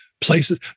Places